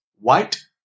White